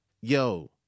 Yo